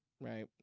right